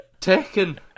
taken